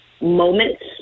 moments